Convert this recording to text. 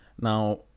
now